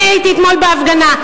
אני הייתי אתמול בהפגנה,